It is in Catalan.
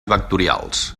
vectorials